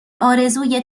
آرزوی